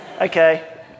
Okay